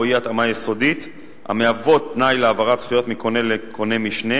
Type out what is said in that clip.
אי-התאמה יסודית המהוות תנאי להעברת זכויות מקונה לקונה-משנה